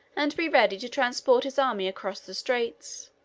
and be ready to transport his army across the straits.